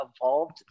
evolved